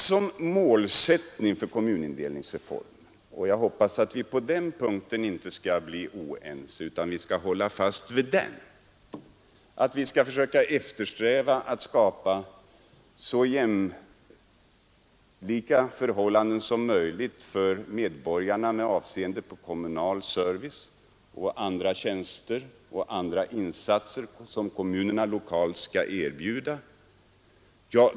Målsättningen för kommunindelningsreformen — jag hoppas att vi inte skall bli oense på den punkten utan hålla fast den — har varit att skapa så jämlika förhållanden som möjligt för medborgarna i fråga om kommunal service och andra tjänster och insatser som kommunerna lokalt skall erbjuda.